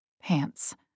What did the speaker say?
pants